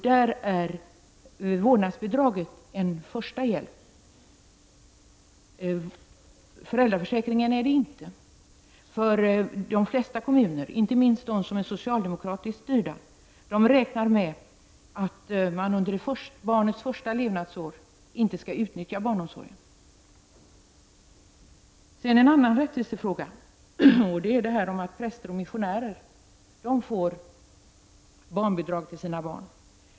Där är vårdnadsbidraget en första hjälp. Föräldraförsäkringen är inte det. De flesta kommuner, inte minst de som är socialdemokratiskt styrda, räknar med att man under barnets första levnadsår inte utnyttjar barnomsorgen. En annan rättvisefråga är att präster och missionärer får barnbidrag för sina barn.